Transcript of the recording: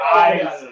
eyes